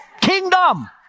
Kingdom